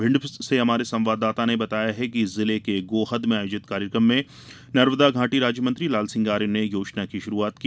भिंड से हमारे संवाददाता ने बताया है कि जिले के गोहद में आयोजित कार्यक्रम में नर्मदा घाटी राज्यमंत्री लालसिंह आर्य ने योजना की शुरूआत की